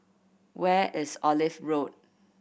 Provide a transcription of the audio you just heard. where is Olive Road